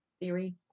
theory